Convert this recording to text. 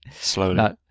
slowly